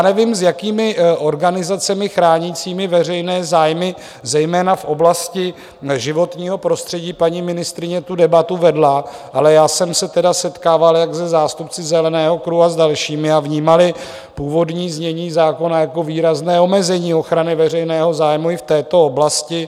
Nevím, s jakými organizacemi chránícími veřejné zájmy zejména v oblasti životního prostředí paní ministryně tu debatu vedla, ale já jsem se setkával jak se zástupci Zeleného kruhu a s dalšími a vnímali původní znění zákona jako výrazné omezení ochrany veřejného zájmu v této oblasti.